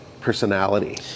personality